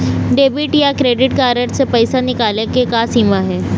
Debit या credit card से पैसा निकाले के का सीमा हे?